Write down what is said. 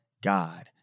God